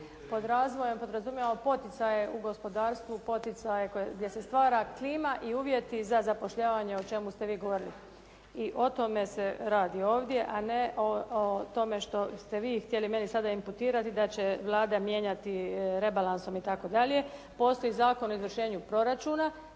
podrazumijevamo poticaje u gospodarstvu, poticaje koje, gdje se stvara klima i uvjeti za zapošljavanja o čemu ste vi govorili. I o tome se radi ovdje a ne o tome što ste vi htjeli meni sada imputirati da će Vlada mijenjati rebalansom i tako dalje. Postoji Zakon o izvršenju proračuna,